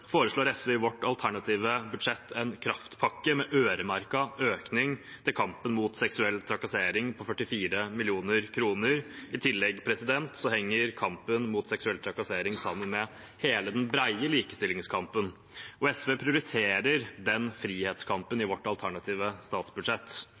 foreslår SV i sitt alternative budsjett en kraftpakke med en økning øremerket kampen mot seksuell trakassering, på 44 mill. kr. I tillegg henger kampen mot seksuell trakassering sammen med hele den brede likestillingskampen, og SV prioriterer denne frihetskampen